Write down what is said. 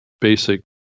basic